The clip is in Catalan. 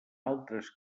altres